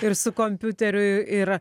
ir su kompiuteriu ir